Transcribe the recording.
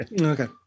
Okay